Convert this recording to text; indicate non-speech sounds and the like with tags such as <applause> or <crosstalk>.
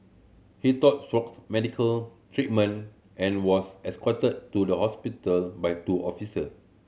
he sought <unintelligible> medical treatment and was escorted to the hospital by two officer